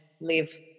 live